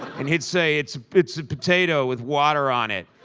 and he'd say, it's it's a potato with water on it.